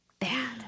Bad